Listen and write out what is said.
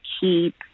keep